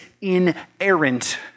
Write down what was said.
inerrant